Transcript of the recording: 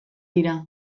dira